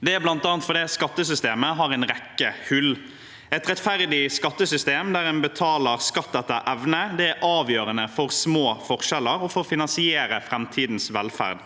Det er bl.a. fordi skattesystemet har en rekke hull. Et rettferdig skattesystem der man betaler skatt etter evne, er avgjørende for små forskjeller og for å finansiere framtidens velferd,